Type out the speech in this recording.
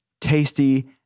tasty